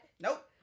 Nope